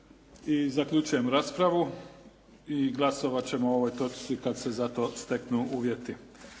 I zaključujem raspravu. I glasovat ćemo o ovoj točki kada se za to steknu uvjeti.